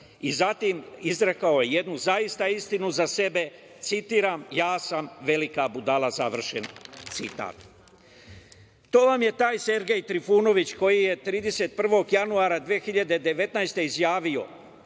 Zatim je izrekao jednu zaista istinu za sebe, citiram: „Ja sam velika budala“, završen citat. To vam je taj Sergej Trifunović koji je 31. januara 2019. godine